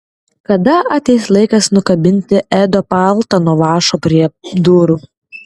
kada ateis laikas nukabinti edo paltą nuo vąšo prie durų